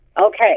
Okay